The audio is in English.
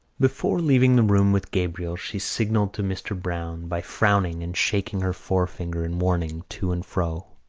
before leaving the room with gabriel she signalled to mr. browne by frowning and shaking her forefinger in warning to and fro.